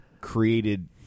created